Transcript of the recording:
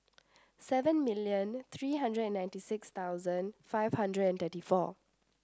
seven million three hundred and ninety six thousand five hundred and thirty four